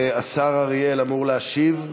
השר אריאל אמור להשיב.